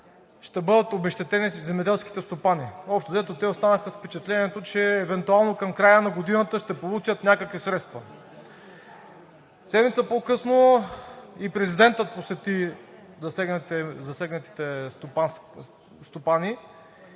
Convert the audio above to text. ще бъдат обезщетени земеделските стопани. Общо взето, те останаха с впечатлението, че евентуално към края на годината ще получат някакви средства. Седмица по-късно и президентът посети засегнатите стопани.